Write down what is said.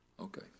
Okay